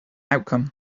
outcome